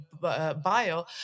bio